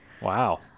wow